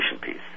piece